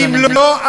ואם לא,